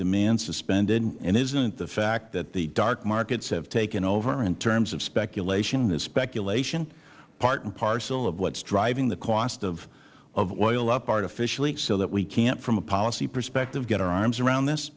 demand suspended and isn't it the fact that the dark markets have taken over in terms of speculation is speculation part and parcel of what is driving the cost of oil up artificially so that we can't from a policy perspective get our arms around this